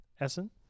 Essen